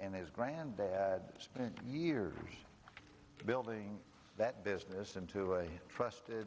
and his granddad we're building that business into a trusted